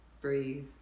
breathe